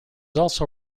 also